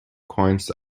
coins